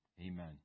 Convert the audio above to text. Amen